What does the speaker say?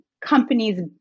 companies